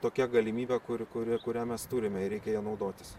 tokia galimybė kuri kuri kurią mes turime ir reikia ja naudotis